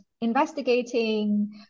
Investigating